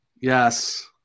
yes